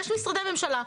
יש משרדי ממשלה.